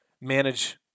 manage